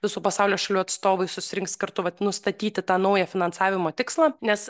visų pasaulio šalių atstovai susirinks kartu vat nustatyti tą naują finansavimo tikslą nes